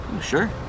Sure